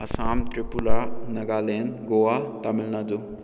Assam Tripura Nagaland Goa Tamil Nadu